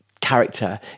character